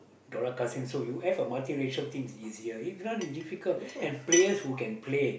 Dollah Kassim so you have a multiracial team is easier if not is difficult and players who can play